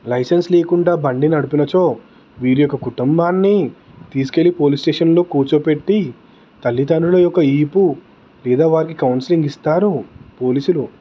licence లేకుండా బండి నడిపినచో వీరి యొక్క కుటుంబాన్ని తీసుకెళ్ళి పోలీస్ స్టేషన్లో కూర్చోబెట్టి తల్లిదండ్రుల యొక్క ఈపు పేదవారికి కౌన్సిలింగ్ ఇస్తారు పోలీసులు